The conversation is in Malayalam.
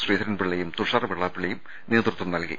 ശ്രീധരൻപിള്ളയും തുഷാർ വെള്ളാപ്പള്ളിയും നേതൃത്വം നൽകി